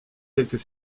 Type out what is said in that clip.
quelques